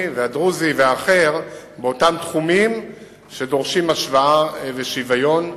והדרוזי והאחר באותם תחומים שדורשים השוואה ושוויון,